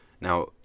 Now